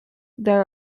there